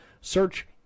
Search